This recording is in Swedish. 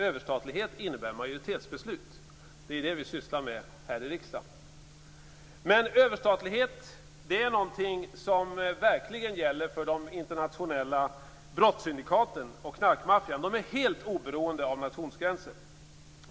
Överstatlighet innebär majoritetsbeslut. Det är det vi sysslar med i riksdagen. Men överstatlighet är någonting som verkligen gäller för de internationella brottssyndikaten och knarkmaffian. De är helt oberoende av nationsgränser.